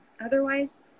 Otherwise